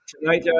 tonight